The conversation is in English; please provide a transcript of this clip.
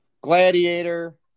Gladiator